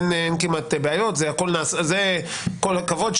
אין כמעט בעיות כל הכבוד,